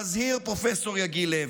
מזהיר פרופ' יגיל לוי.